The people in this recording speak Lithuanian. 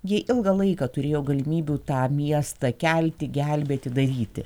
gi ilgą laiką turėjo galimybių tą miestą kelti gelbėti daryti